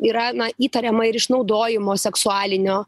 yra na įtariama ir išnaudojimo seksualinio